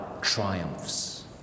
triumphs